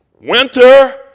winter